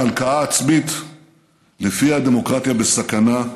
ההלקאה העצמית שלפיה הדמוקרטיה בסכנה,